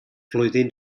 flwyddyn